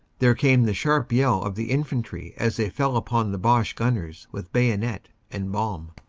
there came the sharp yell of the infantry as they fell upon the boche gunners with bayonet and bomb.